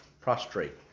prostrate